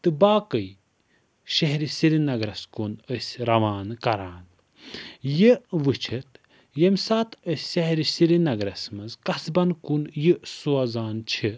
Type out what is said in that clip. تہٕ باقٕے شہرِ سِری نَگرَس کُن أسۍ رَوانہٕ کَران یہِ وُچھِتھ ییٚمہِ ساتہٕ أسۍ شہرِ سری نَگرَس منٛز قصبَن کُن یہِ سوزان چھِ